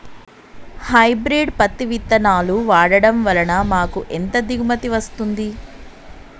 Hybrid పత్తి విత్తనాలు వాడడం వలన మాకు ఎంత దిగుమతి వస్తుంది?